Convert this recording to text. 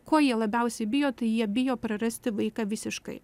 ko jie labiausiai bijo tai jie bijo prarasti vaiką visiškai